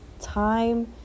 Time